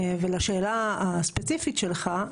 ולשאלה הספציפית שלך,